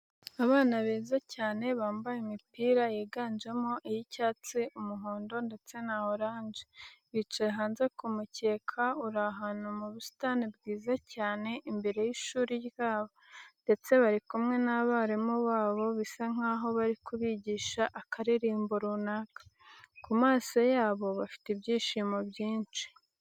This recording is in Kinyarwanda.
Abana beza cyane bambaye imipira yiganjyemo iy'icyatsi, umuhondo ndetse na oranje bicaye hanze ku mukeka uri ahantu mu busitani bwiza cyane imbere y'ishuri ryabo, ndetse bari kumwe n'abarimu babo bisa nkaho bari kubigisha akaririmbo runaka. Ku maso yabo bafite ibyishimo byinshi.